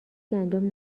گندم